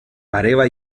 pareva